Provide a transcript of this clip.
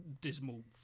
dismal